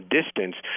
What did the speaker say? distance